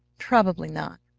probably not.